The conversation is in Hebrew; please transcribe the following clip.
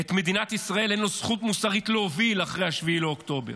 את מדינת ישראל אין לו זכות מוסרית להוביל אחרי 7 באוקטובר.